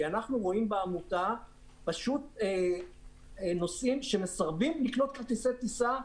כי אנו רואים בעמותה נוסעים שמסרבים לקנות כרטיסי טיסה,